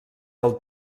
del